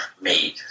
made